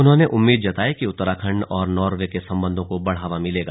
उन्होंने उम्मीद जताई कि उत्तराखण्ड और नार्वे के संबंधो को बढ़ावा मिलेगा